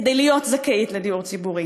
כדי להיות זכאית לדיור ציבורי,